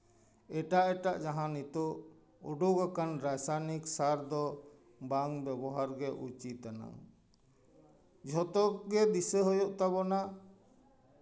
ᱮᱴᱟᱜ ᱮᱴᱟᱜ ᱡᱟᱦᱟᱸ ᱱᱤᱛᱳᱜ ᱩᱸᱰᱩᱠ ᱟᱠᱟᱱ ᱨᱟᱥᱟᱭᱚᱱᱤᱠ ᱥᱟᱨ ᱫᱚ ᱵᱟᱝ ᱵᱮᱵᱚᱦᱟᱨ ᱜᱮ ᱩᱪᱤᱛ ᱟᱱᱟ ᱡᱷᱚᱛᱚ ᱜᱮ ᱫᱤᱥᱟᱹ ᱦᱩᱭᱩᱜ ᱛᱟᱵᱚᱱᱟ